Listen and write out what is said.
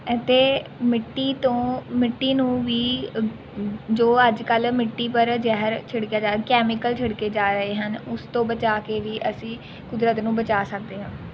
ਅਤੇ ਮਿੱਟੀ ਤੋਂ ਮਿੱਟੀ ਨੂੰ ਵੀ ਜੋ ਅੱਜ ਕੱਲ੍ਹ ਮਿੱਟੀ ਪਰ ਜ਼ਹਿਰ ਛਿੜਕਿਆ ਜਾ ਕੈਮੀਕਲ ਛਿੜਕੇ ਜਾ ਰਹੇ ਹਨ ਉਸ ਤੋਂ ਬਚਾ ਕੇ ਵੀ ਅਸੀਂ ਕੁਦਰਤ ਨੂੰ ਬਚਾ ਸਕਦੇ ਹਾਂ